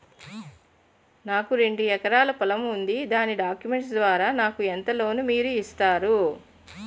నాకు రెండు ఎకరాల పొలం ఉంది దాని డాక్యుమెంట్స్ ద్వారా నాకు ఎంత లోన్ మీరు ఇస్తారు?